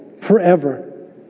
forever